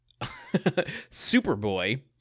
Superboy